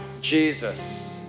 Jesus